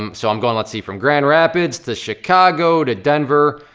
um so i'm going, let's see, from grand rapids to chicago, to denver,